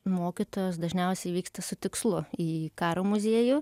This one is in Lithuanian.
mokytojos dažniausiai vyksta su tikslu į karo muziejų